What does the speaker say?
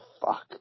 fuck